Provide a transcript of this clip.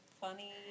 funny